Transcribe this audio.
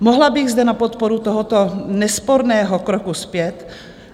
Mohla bych zde na podporu tohoto nesporného kroku zpět